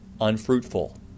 unfruitful